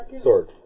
sword